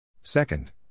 second